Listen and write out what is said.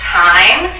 time